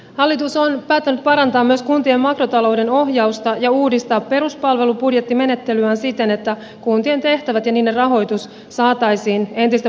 hallitus on päättänyt parantaa myös kuntien makrotalouden ohjausta ja uudistaa peruspalvelubudjettimenettelyään siten että kuntien tehtävät ja niiden rahoitus saataisiin entistä paremmin tasapainoon